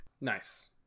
Nice